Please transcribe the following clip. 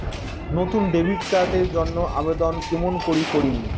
নতুন debit card এর জন্যে আবেদন কেমন করি করিম?